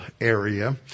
area